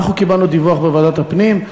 אנחנו קיבלנו דיווח בוועדת הפנים,